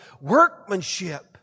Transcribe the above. workmanship